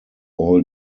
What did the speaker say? all